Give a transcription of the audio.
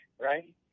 right